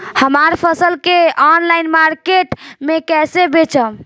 हमार फसल के ऑनलाइन मार्केट मे कैसे बेचम?